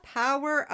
power